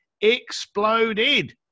exploded